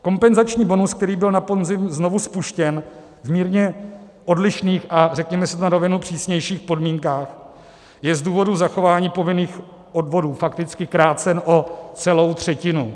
Kompenzační bonus, který byl na podzim znovu spuštěn v mírně odlišných, a řekněme si na rovinu, přísnějších podmínkách, je z důvodu zachování povinných odvodů fakticky krácen o celou třetinu.